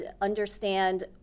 understand